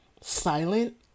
silent